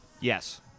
Yes